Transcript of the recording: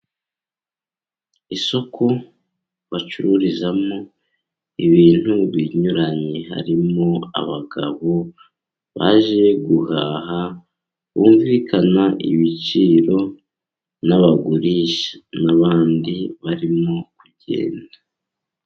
Isoko bacururizamo ibintu binyuranye, harimo abagabo baje guhaha bumvikana ibiciro nabagurisha, n'abandi barimo kugenda.